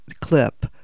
clip